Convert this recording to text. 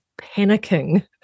panicking